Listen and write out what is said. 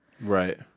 Right